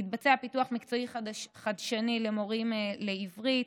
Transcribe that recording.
יתבצע פיתוח מקצועי חדשני למורים לעברית,